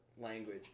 language